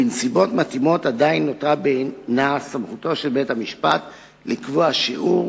בנסיבות מתאימות עדיין נותרה בעינה סמכותו של בית-המשפט לקבוע שיעור